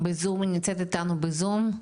היא נמצאת איתנו בזום.